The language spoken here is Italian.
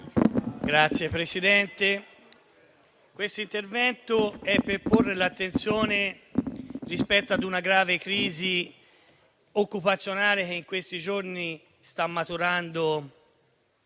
Signora Presidente, questo intervento è per porre l'attenzione rispetto ad una grave crisi occupazionale che in questi giorni sta maturando